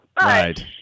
Right